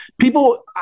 people